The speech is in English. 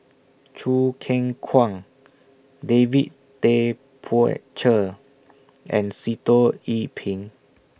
Choo Keng Kwang David Tay Poey Cher and Sitoh Yih Pin